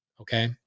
Okay